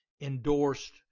endorsed